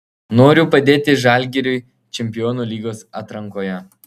noriu padėti žalgiriui čempionų lygos atrankoje